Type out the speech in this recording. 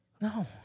No